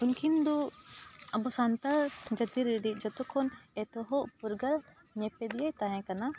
ᱩᱱᱠᱤᱱ ᱫᱚ ᱟᱵᱚ ᱥᱟᱱᱛᱟᱲ ᱡᱟᱹᱛᱤ ᱨᱮᱱᱤᱡ ᱡᱚᱛᱚ ᱠᱷᱚᱱ ᱮᱛᱚᱦᱚᱵ ᱯᱩᱨᱜᱟᱹᱞ ᱧᱮᱯᱮᱫ ᱜᱮ ᱛᱟᱦᱮᱸ ᱠᱟᱱᱟ